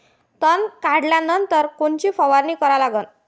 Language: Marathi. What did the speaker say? तन काढल्यानंतर कोनची फवारणी करा लागन?